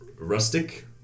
rustic